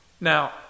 Now